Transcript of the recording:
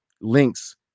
links